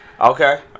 Okay